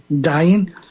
dying